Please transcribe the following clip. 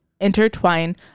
intertwine